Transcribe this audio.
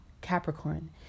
Capricorn